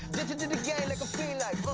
addicted to the game like,